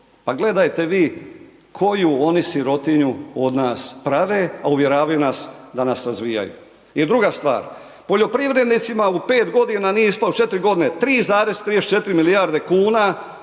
Pa gledajte vi koju oni sirotinju od nas prave, a uvjeravaju nas da nas razvijaju. I druga stvar, poljoprivrednicima u 5 godina nije .../Govornik se ne razumije./... godine 3,34 milijarde kuna